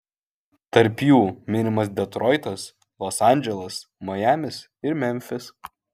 tarp jų minimas detroitas los andželas majamis ir memfis